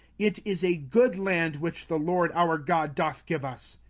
it is a good land which the lord our god doth give us.